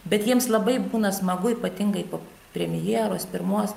bet jiems labai būna smagu ypatingai po premjeros pirmos